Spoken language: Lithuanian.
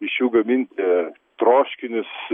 iš jų gaminti troškinius